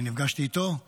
אני נפגשתי איתו,